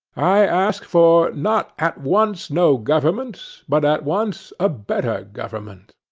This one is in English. i ask for, not at once no government, but at once a better government.